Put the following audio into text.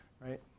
right